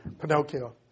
Pinocchio